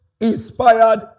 inspired